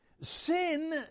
Sin